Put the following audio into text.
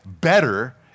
better